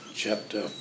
chapter